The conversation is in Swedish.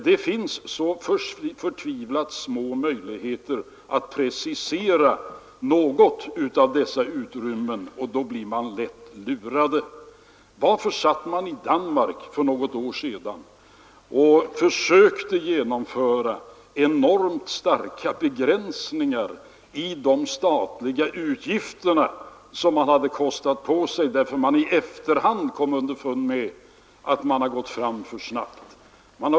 Det finns så förtvivlat små möjligheter att precisera något av dessa utrymmen, och då blir man lätt lurad. Varför försökte man i Danmark för något år sedan genomföra mycket starka begränsningar av de statliga utgifter man hade kostat på sig? Därför att man i efterhand kom underfund med att man gått för snabbt fram.